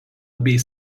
bei